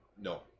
No